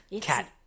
Cat